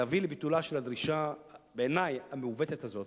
להביא לביטולה של הדרישה, בעיני המעוותת הזאת.